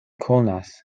konas